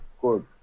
good